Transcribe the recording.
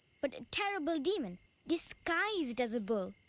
but a terrible demon disguised as a bull.